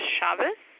Shabbos